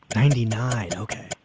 but ninety nine ok,